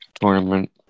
tournament